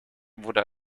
wurde